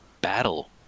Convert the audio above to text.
battle